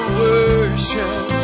worship